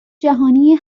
جهانی